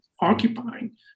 occupying